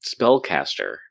spellcaster